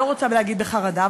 לא רוצה להגיד בחרדה,